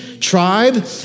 Tribe